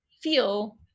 feel